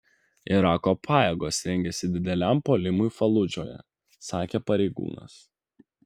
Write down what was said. irako pajėgos rengiasi dideliam puolimui faludžoje sakė pareigūnas